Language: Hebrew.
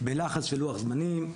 בלחץ של לוח זמנים.